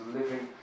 living